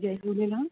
Jay Jhulelal